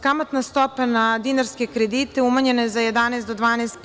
Kamatna stopa na dinarske kredite umanjena je za 11% do 12%